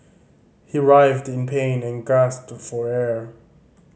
he writhed in pain and gasped for air